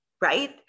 right